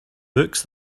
books